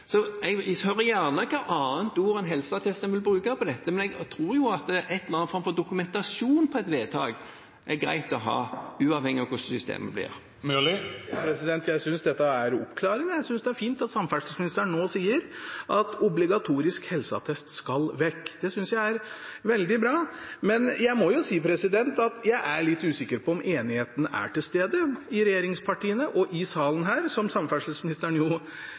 Jeg hører gjerne på hvilket annet ord enn helseattest en vil bruke på dette, men jeg tror at en eller annen form for dokumentasjon på et vedtak er greit å ha, uavhengig av hvordan systemet blir. Jeg synes dette er oppklarende. Jeg synes det er fint at samferdselsministeren nå sier at obligatorisk helseattest skal vekk. Det synes jeg er veldig bra. Men jeg må si at jeg ble litt usikker på om enigheten er til stede i regjeringspartiene og i salen – som samferdselsministeren